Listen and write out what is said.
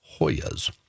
Hoyas